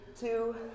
Two